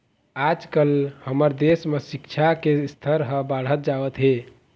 आजकाल हमर देश म सिक्छा के स्तर ह बाढ़त जावत हे